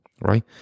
right